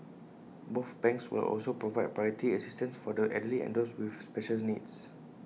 both banks will also provide priority assistance for the elderly and those with specials needs